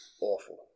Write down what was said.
awful